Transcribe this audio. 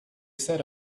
set